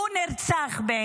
בעיניי הוא נרצח.